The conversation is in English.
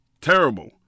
Terrible